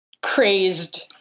crazed